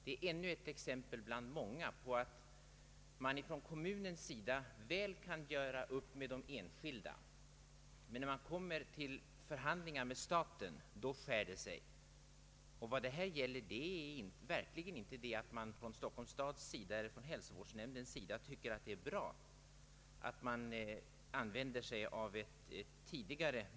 Detta är ännu ett exemdel bland många på att kommunen väl kan göra upp med enskilda, men när man kommer till förhandlingar med staten skär det sig. Det är verkligen inte fråga om att Stockholms stad eller hälsovårdsnämnden tycker det är bra att man kommer att använda tjockolja.